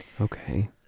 Okay